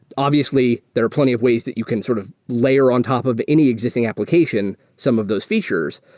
obviously, there are plenty of ways that you can sort of layer on top of any existing application some of those features,